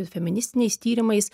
feministiniais tyrimais